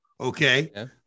Okay